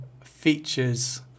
features